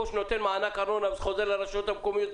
או נותן מענק ארנונה וזה חוזר לרשויות המקומיות,